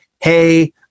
Hey